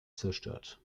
zerstört